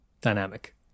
dynamic